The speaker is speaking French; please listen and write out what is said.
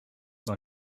dans